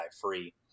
free